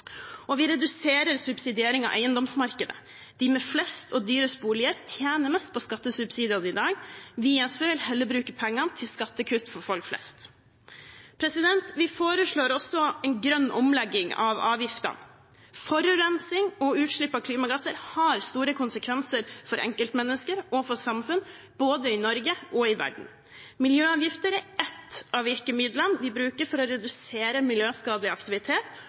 forskjellene. Vi reduserer også subsidieringen av eiendomsmarkedet. De med flest og dyrest boliger tjener mest på skattesubsidiene i dag. Vi i SV vil heller bruke pengene til skattekutt for folk flest. Vi foreslår også en grønn omlegging av avgiftene. Forurensning og utslipp av klimagasser har store konsekvenser for enkeltmennesker og for samfunn, både i Norge og i verden. Miljøavgifter er ett av virkemidlene vi bruker for å redusere miljøskadelig aktivitet